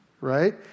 right